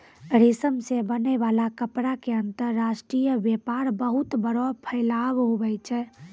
रेशम से बनै वाला कपड़ा के अंतर्राष्ट्रीय वेपार बहुत बड़ो फैलाव हुवै छै